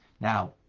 Now